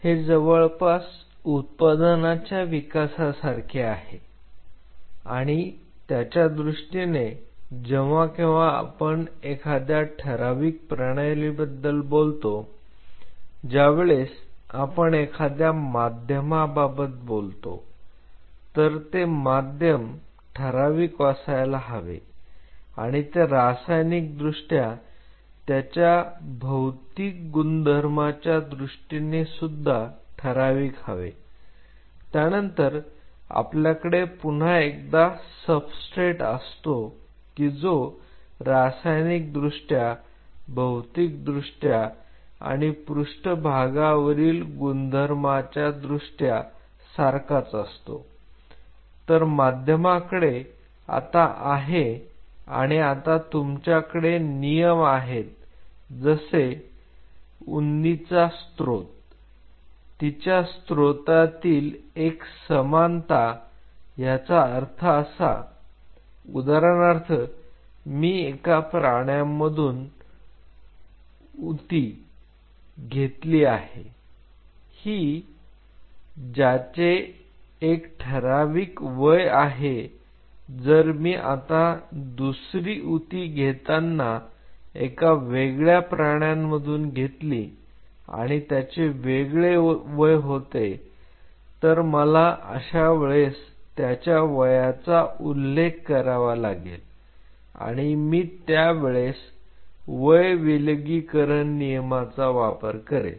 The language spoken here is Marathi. हे जवळपास उत्पादनाच्या विकासासारखे आहे आणि त्याच्यादृष्टीने जेव्हा केव्हा आपण एखाद्या ठराविक प्रणाली बद्दल बोलतो ज्या वेळेस आपण एखाद्या माध्यमाबाबत बोलतो तर ते माध्यम ठराविक असायला हवे आणि ते रासायनिक दृष्ट्या त्याच्या भौतिक गुणधर्माच्यादृष्टीने सुद्धा ठरावीक हवे त्यानंतर आपल्याकडे पुन्हा एकदा सबस्ट्रेट असतो की जो रासायनिक दृष्ट्या भौतिक दृष्ट्या आणि पृष्ठभागावरील गुणधर्मांच्या दृष्ट्या सारखाच असतो तर माध्यमाकडे आता आहे आणि आता तुमच्याकडे नियम आहेत जसे ऊतीचा स्त्रोत तिच्या स्त्रोतातील एक समानता ह्याचा अर्थ असा उदाहरणार्थ मी एका प्राण्यामधून ऊती घेतली आहे ही ज्याचे एक ठराविक वय आहे जर मी आता दुसरी ऊती घेताना एका वेगळ्या प्राण्यांमधून घेतली आणि त्याचे वेगळे वय होते तर मला अशा वेळेस त्याच्या वयाचा उल्लेख करावा लागेल आणि मी त्या वेळेस वय विलगीकरण नियमाचा वापर करेल